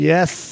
Yes